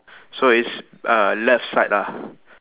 so it's uh left side ah